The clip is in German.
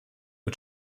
mit